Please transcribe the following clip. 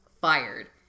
fired